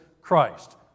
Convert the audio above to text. Christ